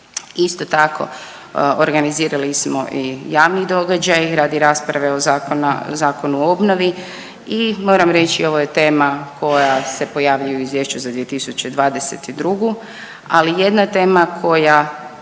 Isto tako, organizirali smo i javni događaj radi rasprave o Zakonu o obnovi i moram reći, ovo je tema koja se pojavljuje u Izvješću za 2022., ali jedna tema koja